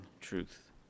truth